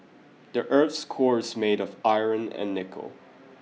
the earth's core is made of iron and nickel